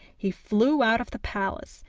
he flew out of the palace,